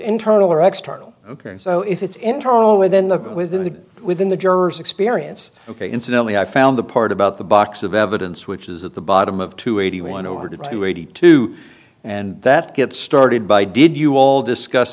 internal or external ok and so if it's internal within the within the within the jurors experience ok incidentally i found the part about the box of evidence which is at the bottom of two eighty one or two eighty two and that gets started by did you all discuss